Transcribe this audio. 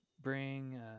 bring